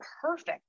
perfect